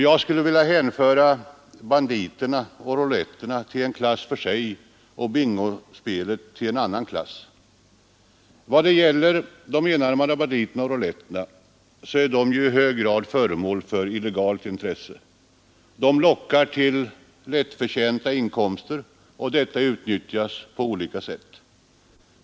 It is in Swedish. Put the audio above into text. Jag skulle vilja hänföra banditerna och rouletterna till en klass för sig och bingospelet till en annan klass. När det gäller enarmade banditer och rouletter är de i hög grad föremål för illegalt intresse — de lockar till lättförtjänta inkomster, och detta utnyttjas på olika sätt.